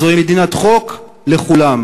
זאת מדינת חוק לכולם,